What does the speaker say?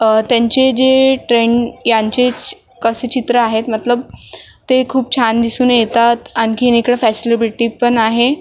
त्यांचे जे ट्रेंड यांचे कसे चित्र आहेत मतलब ते खूप छान दिसून येतात आणखी इकडं फॅसलीबीटी पण आहे